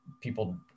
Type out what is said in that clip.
people